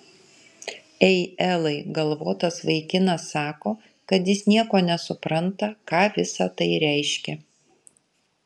ei elai galvotas vaikinas sako kad jis nieko nesupranta ką visa tai reiškia